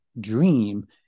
dream